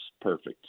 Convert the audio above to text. perfect